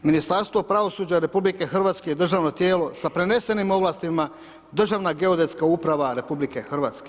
Ministarstvo pravosuđa RH je državno tijelo sa prenesenim ovlastima, Državna geodetska uprava RH.